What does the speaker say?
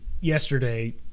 yesterday